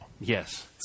Yes